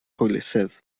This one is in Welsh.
hwylusydd